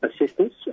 assistance